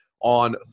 on